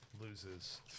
loses